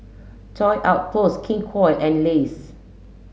Toy Outpost King Koil and Lays